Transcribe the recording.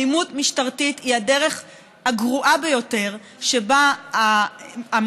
אלימות משטרתית היא הדרך הגרועה ביותר שבה המוסדות,